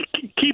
keep